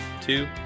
two